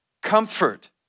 comfort